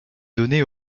donné